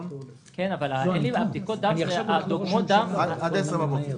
כן, אבל דגימות הדם נלקחות עד 10 בבוקר.